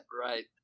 Right